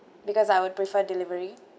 because I would prefer delivery